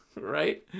right